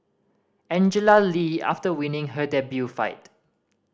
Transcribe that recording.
Angela Lee after winning her debut fight